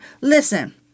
Listen